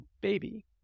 baby